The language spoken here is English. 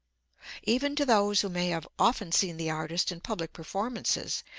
even to those who may have often seen the artist in public performances,